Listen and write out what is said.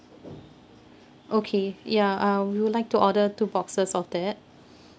okay ya uh we would like to order two boxes of that